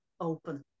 open